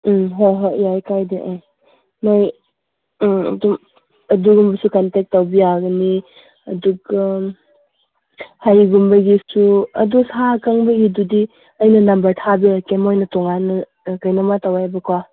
ꯎꯃ ꯍꯣꯏ ꯍꯣꯏ ꯌꯥꯏꯌꯦ ꯀꯥꯏꯗꯦ ꯑꯥ ꯅꯣꯏ ꯎꯝ ꯑꯗꯨꯝ ꯑꯗꯨꯒꯨꯝꯕꯁꯨ ꯀꯟꯇꯦꯛ ꯇꯧꯕ ꯌꯥꯒꯅꯤ ꯑꯗꯨꯒ ꯍꯩꯒꯨꯝꯕꯒꯤꯁꯨ ꯑꯗꯨ ꯁꯥ ꯑꯀꯪꯕꯒꯤꯗꯨꯗꯤ ꯑꯩꯅ ꯅꯝꯕꯔ ꯊꯥꯕꯤꯔꯛꯀꯦ ꯃꯣꯏꯅ ꯇꯣꯉꯥꯟꯅ ꯑꯥ ꯀꯩꯅꯣꯝꯃ ꯇꯧꯋꯦꯕꯀꯣ